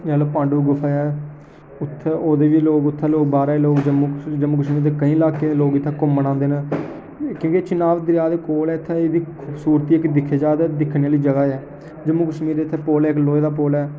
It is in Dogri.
शैल पांडव गुफा ऐ शैल उ'त्थें ओह्दे बी लोग उ'त्थें बाहरै दे लोग जम्मू कश्मीर दे केईं लाकें दे लोग इ'त्थें घूमन आंदे न क्योंकि चिनाब दरेआ दे कोल ऐ इ'त्थें बी एह्दी खूबसूरती इक दिक्खेआ जा ते दिक्खने आह्ली जगह् ऐ जम्मू कश्मीर इ'त्थें पूल ऐ इक लोहे दा पूल ऐ